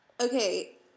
Okay